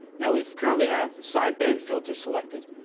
now, we currently have sideband filter selected.